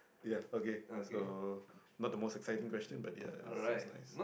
ya okay so not the most exciting question but ya it's it's nice